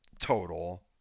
total